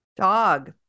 Dog